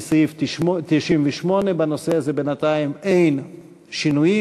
סעיף 98. בנושא הזה בינתיים אין שינויים.